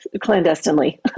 clandestinely